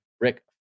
rick